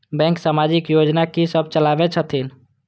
Bank समाजिक योजना की सब चलावै छथिन?